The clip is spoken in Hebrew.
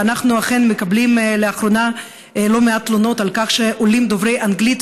אנחנו אכן מקבלים לאחרונה לא מעט תלונות על כך שעולים דוברי אנגלית